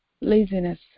laziness